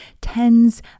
tens